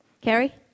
Kerry